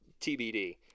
TBD